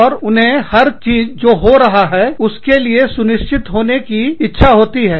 और उन्हें हर चीज हो रहा है उसके लिए सुनिश्चित होने की इच्छा होती है